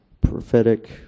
prophetic